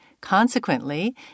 Consequently